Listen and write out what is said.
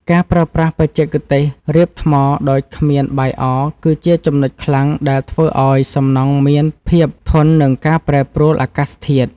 ការប្រើប្រាស់បច្ចេកទេសរៀបថ្មដោយគ្មានបាយអគឺជាចំណុចខ្លាំងដែលធ្វើឱ្យសំណង់មានភាពធន់នឹងការប្រែប្រួលអាកាសធាតុ។